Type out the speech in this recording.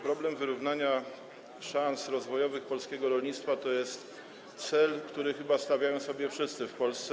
Problem wyrównania szans rozwojowych polskiego rolnictwa to jest cel, który chyba stawiają sobie wszyscy w Polsce.